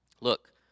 Look